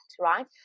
right